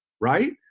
right